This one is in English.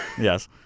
Yes